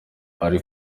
ari